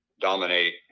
dominate